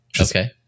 Okay